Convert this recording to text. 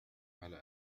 على